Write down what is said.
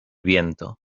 viento